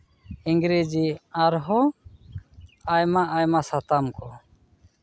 ᱤᱝᱨᱮᱡᱤ ᱟᱨᱦᱚᱸ ᱟᱭᱢᱟ ᱟᱭᱢᱟ ᱥᱟᱛᱟᱢ ᱠᱚ